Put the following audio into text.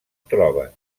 troben